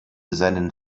seinen